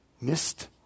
Missed